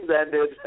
ended